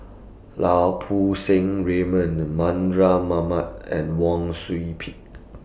Lau Poo Seng Raymond Mardan Mamat and Wang Sui Pick